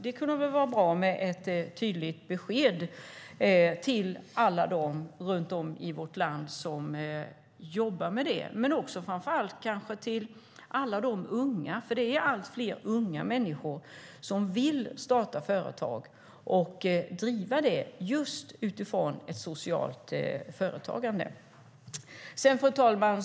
Det kunde därför vara bra med ett tydligt besked till alla runt om i vårt land som jobbar med detta men kanske framför allt till alla unga. Det är nämligen allt fler unga människor som vill starta företag och driva dem utifrån ett socialt företagande. Fru talman!